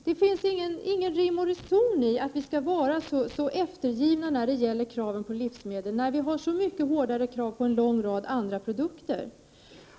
Det finns varken rim eller reson i att vi skall vara så eftergivna när det gäller kraven på livsmedel, när vi har så mycket hårdare krav på en lång rad andra produkter.